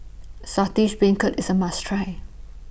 Saltish Beancurd IS A must Try